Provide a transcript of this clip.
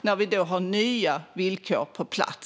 när vi har nya villkor på plats.